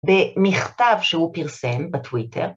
‫במכתב שהוא פרסם בטוויטר.